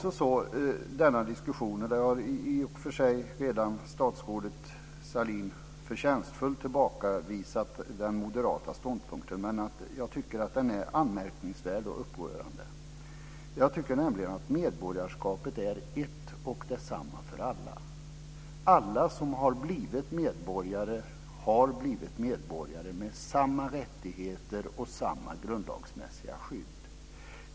Statsrådet Sahlin har i och för sig redan förtjänstfullt tillbakavisat den moderata ståndpunkten, men jag tycker att den är anmärkningsvärd och upprörande. Jag tycker nämligen att medborgarskapet är ett och detsamma för alla. Alla som har blivit medborgare har blivit det med samma rättigheter och samma grundlagsmässiga skydd.